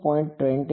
217 13